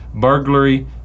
burglary